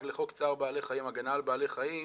לחוק צער בעלי חיים (הגנה על בעלי חיים),